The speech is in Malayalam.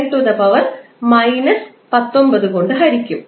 602 ∗ 10 19 കൊണ്ട് ഹരിക്കും